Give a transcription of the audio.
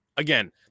Again